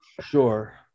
Sure